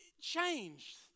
changed